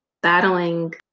Battling